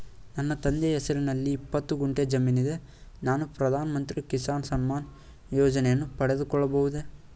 ನನ್ನ ತಂದೆಯ ಹೆಸರಿನಲ್ಲಿ ಇಪ್ಪತ್ತು ಗುಂಟೆ ಜಮೀನಿದೆ ನಾನು ಪ್ರಧಾನ ಮಂತ್ರಿ ಕಿಸಾನ್ ಸಮ್ಮಾನ್ ಯೋಜನೆಯನ್ನು ಪಡೆದುಕೊಳ್ಳಬಹುದೇ?